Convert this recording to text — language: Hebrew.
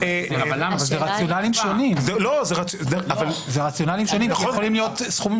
אבל זה רציונלים שונים כי יכולים להיות סכומים